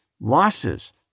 losses